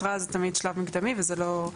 התראה זה תמיד שלב מקדמי וזה לא,